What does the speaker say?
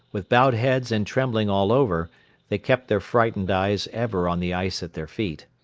with bowed heads and trembling all over they kept their frightened eyes ever on the ice at their feet.